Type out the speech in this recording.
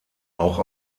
auch